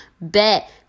bet